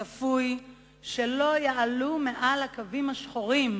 צפוי שלא יעלו מעל לקווים השחורים